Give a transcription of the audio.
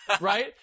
Right